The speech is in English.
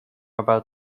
about